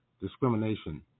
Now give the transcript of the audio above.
discrimination